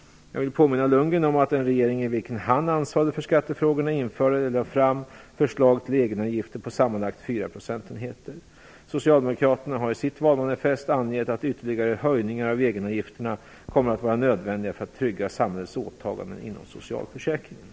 Jag vill påminna Bo Lundgren om att den regering i vilken han ansvarade för skattefrågorna införde eller lade fram förslag till egenavgifter på sammanlagt 4 Socialdemokraterna har i sitt valmanifest angett att ytterligare höjningar av egenavgifterna kommer att vara nödvändiga för att trygga samhällets åtagande inom socialförsäkringarna.